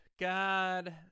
god